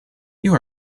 you